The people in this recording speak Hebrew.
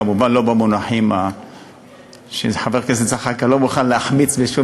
כמובן לא במונחים שחבר הכנסת זחאלקה לא מוכן להחמיץ בשום